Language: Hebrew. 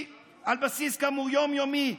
כאמור, על בסיס יום-יומי.